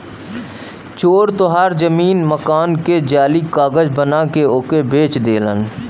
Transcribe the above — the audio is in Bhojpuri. चोर तोहार जमीन मकान के जाली कागज बना के ओके बेच देलन